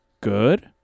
Good